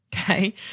okay